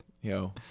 Yo